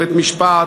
בית-משפט,